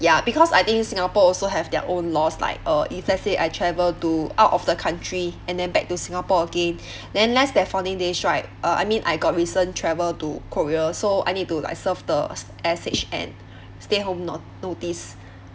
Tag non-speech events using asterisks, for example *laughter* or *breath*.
ya because I think singapore also have their own laws like uh if let's say I travel to out of the country and then back to singapore again *breath* then less than fourteen days right uh I mean I got recent travel to korea so I need to like serve the S_H_N stay home not~ notice